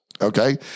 okay